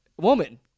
Woman